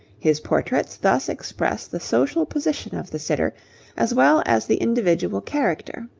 his portraits thus express the social position of the sitter as well as the individual character.